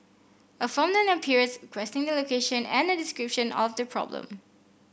a form then appears requesting the location and a description of the problem